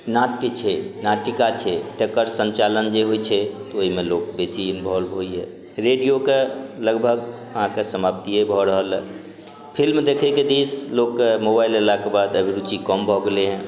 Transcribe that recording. नाट्य छै नाटिका छै तेकर संचालन जे होइ छै ओहिमे लोक बेसी इन्वोल्व होइया रेडियोके लगभग अहाँके समाप्तिय भऽ रहल हँ फिल्म देखयके दिस लोकके मोबाइल अयलाक बाद अभी रुचि कम भऽ गेलै हँ